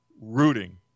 rooting